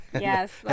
Yes